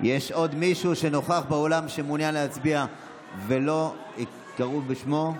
יש עוד מישהו שנוכח באולם ומעוניין להצביע ולא קראו בשמו?